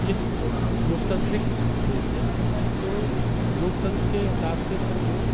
ये लोकतांत्रिक देश है तो लोकतंत्र के हिसाब से फिर वो